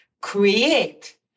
create